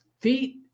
feet